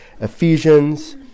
Ephesians